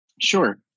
Sure